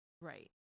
right